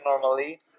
normally